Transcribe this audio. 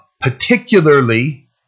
particularly